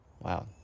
Wow